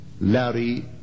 Larry